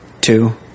Two